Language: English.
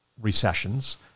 recessions